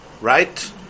Right